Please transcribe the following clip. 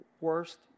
worst